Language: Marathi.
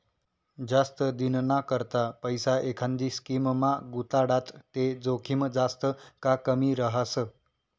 जास्त दिनना करता पैसा एखांदी स्कीममा गुताडात ते जोखीम जास्त का कमी रहास